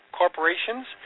corporations